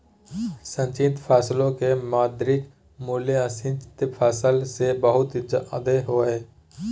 सिंचित फसलो के मौद्रिक मूल्य असिंचित फसल से बहुत जादे हय